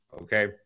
okay